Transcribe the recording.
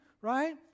right